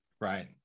Right